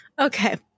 Okay